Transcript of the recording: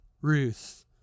Ruth